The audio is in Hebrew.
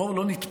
בואו לא נתפרק